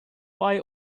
why